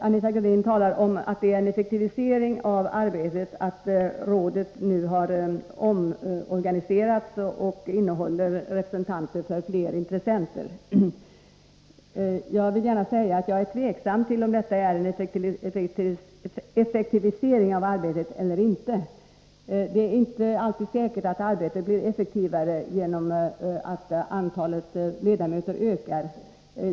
Anita Gradin talar om en effektivisering av arbetet, genom att rådet nu har omorganiserats och innehåller representanter för fler intressenter. Jag vill gärna säga att jag är tveksam till om detta innebär en effektivisering av arbetet eller inte. Det är inte alltid säkert att arbetet blir effektivare genom att antalet ledamöter ökar.